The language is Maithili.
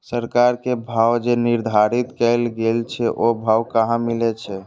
सरकार के भाव जे निर्धारित कायल गेल छै ओ भाव कहाँ मिले छै?